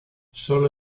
sólo